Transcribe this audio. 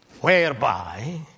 Whereby